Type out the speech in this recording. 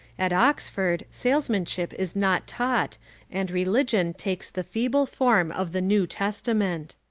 at oxford salesmanship is not taught and religion takes the feeble form of the new testament.